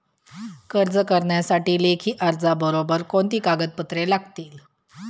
कर्ज करण्यासाठी लेखी अर्जाबरोबर कोणती कागदपत्रे लागतील?